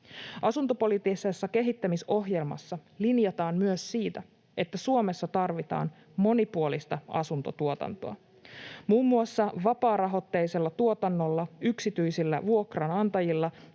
Asuntopoliittisessa kehittämis-ohjelmassa linjataan myös siitä, että Suomessa tarvitaan monipuolista asuntotuotantoa. Muun muassa vapaarahoitteisella tuotannolla, yksityisillä vuokranantajilla